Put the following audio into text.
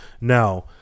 Now